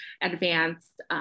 advanced